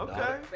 Okay